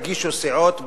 הגישו סיעות בל"ד,